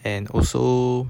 and also